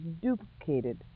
duplicated